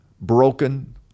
broken